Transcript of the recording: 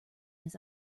his